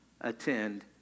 attend